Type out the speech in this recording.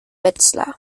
wetzlar